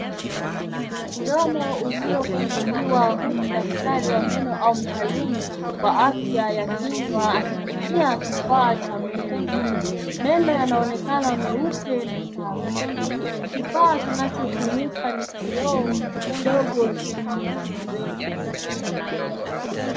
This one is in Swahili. Mdomo uliofunguliwa huku daktari wa meno au mtaalamu wa afya ya kinywa akitumia kifaa cha meno. Meno yanaonekana meupe na safi. Kifaa kinachotumika ni kioo dogo, chenye mpini mrefu.